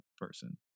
person